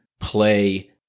play